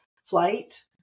flight